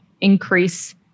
increase